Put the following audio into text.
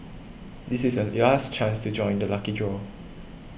this is the your last chance to join the lucky draw